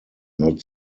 not